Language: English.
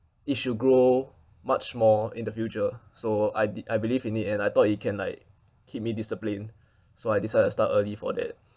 it should grow much more in the future so I di~ I believe in it and I thought it can like keep me disciplined so I decide to start early for that